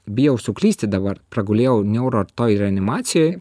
bijau suklysti dabar pragulėjau neuro toj reanimacijoj